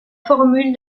formule